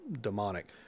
demonic